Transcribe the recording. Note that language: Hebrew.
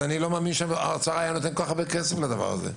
אני לא מאמין שהאוצר היה נותן כל כך הרבה כסף לדבר הזה.